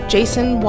Jason